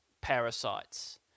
parasites